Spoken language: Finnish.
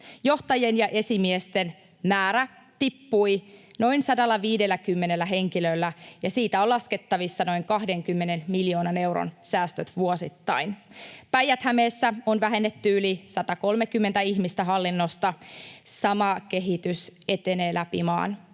johtajien ja esimiesten määrä tippui noin 150 henkilöllä, ja siitä on laskettavissa noin 20 miljoonan euron säästöt vuosittain. Päijät-Hämeessä on vähennetty yli 130 ihmistä hallinnosta. Sama kehitys etenee läpi maan.